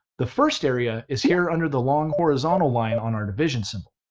the first area is here under the long horizontal line on our division symbol.